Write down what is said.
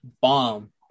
Bomb